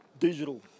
Digital